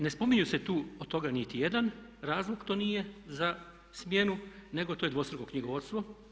Ne spominju se tu od toga niti jedan razlog to nije za smjenu, nego to je dvostruko knjigovodstvo.